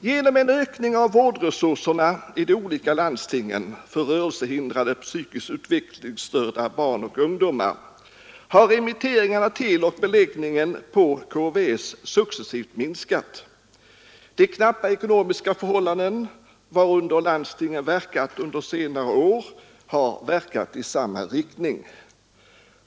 Genom en ökning av vårdresurserna i de olika landstingen för rörelsehindrade psykiskt utvecklingsstörda barn och ungdomar har remitteringarna till och beläggningen på KVS successivt minskat. De knappa ekonomiska förhållanden varunder landstingen arbetat under senare år har verkat i samma riktning.